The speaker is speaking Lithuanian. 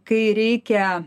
kai reikia